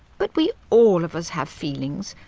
but we all of us have feelings,